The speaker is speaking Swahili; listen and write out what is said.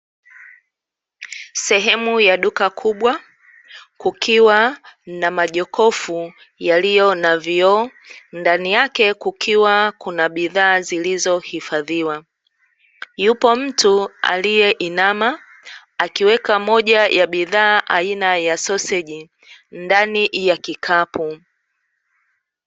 Sehemu ya duka kubwa kukiwa na majokofu yaliyo na vioo, ndani yake kukiwa kuna bidhaa zilizohifadhiwa. Yupo mtu aliyeinama akiweka moja ya bidhaa aina ya soseji ndani ya kikapu.